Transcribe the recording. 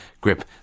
Grip